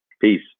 Peace